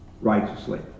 righteously